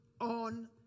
on